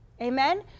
Amen